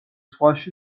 ზღვაში